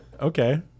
Okay